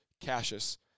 Cassius